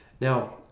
Now